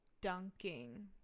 dunking